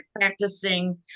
practicing